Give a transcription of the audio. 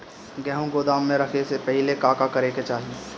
गेहु गोदाम मे रखे से पहिले का का करे के चाही?